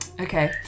okay